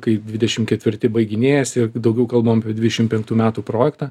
kai dvidešim ketvirti baiginėjasi ir daugiau kalbam apie dvidešim penktų metų projektą